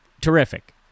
Terrific